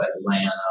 Atlanta